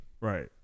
Right